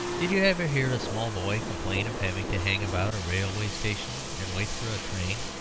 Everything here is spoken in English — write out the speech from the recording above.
did you ever hear a small boy complain of having to hang about a railway station and wait for a train?